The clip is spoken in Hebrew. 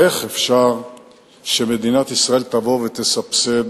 איך אפשר שמדינת ישראל תסבסד